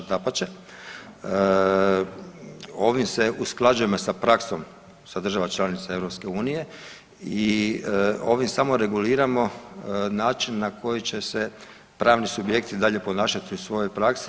Dapače, ovim se usklađujemo sa praksom sa državama članicama EU i ovim samo reguliramo način na koji će se pravni subjekti dalje ponašati u svojoj praksi.